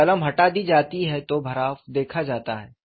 जब कलम हटा दी जाती है तो भराव देखी जाता है